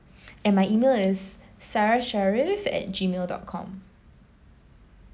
and my email is sarah sharif at Gmail dot com